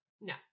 no